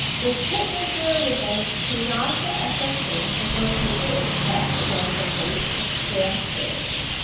the printmaker would then clean off the excess ink before paper is pressed against the plate to transfer the